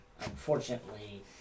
unfortunately